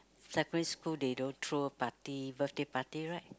secondary school they don't throw party birthday party right